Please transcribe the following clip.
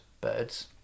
birds